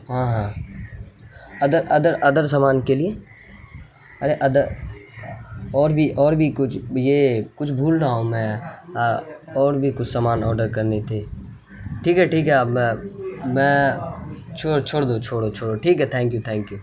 ہاں ہاں ادر ادر ادر سامان کے لیے ارے ادر اور بھی اور بھی کچھ یہ کچھ بھول رہا ہوں میں ہاں اور بھی کچھ سامان آڈر کرنی تھی ٹھیک ہے ٹھیک ہے اب میں میں چھوڑ چھوڑ دو چھوڑو چھوڑو ٹھیک ہے تھینک یو تھینک یو